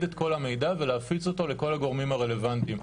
את כל המידע ולהפיץ אותו לכל הגורמים הרלוונטיים.